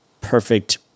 perfect